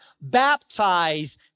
baptize